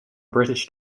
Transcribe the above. british